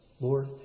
Lord